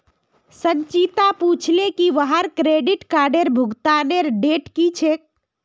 संचिता पूछले की वहार क्रेडिट कार्डेर भुगतानेर डेट की छेक